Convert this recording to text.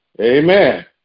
Amen